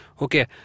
Okay